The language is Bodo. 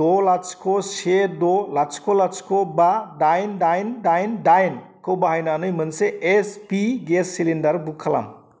द' लाथिख' से द' लाथिख' लाथिख' बा दाइन दाइन दाइन दाइन खौ बाहायनानै मोनसे H P gas cylinder book खालाम